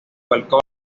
balcones